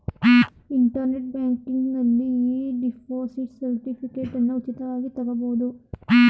internet ಬ್ಯಾಂಕಿಂಗ್ನಲ್ಲಿ e deposit ಸರ್ಟಿಫಿಕೇಟನ್ನ ಉಚಿತವಾಗಿ ತಗೊಬೋದು